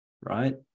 right